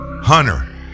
Hunter